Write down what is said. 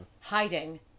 hiding